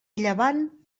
llevant